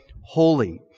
holy